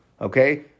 okay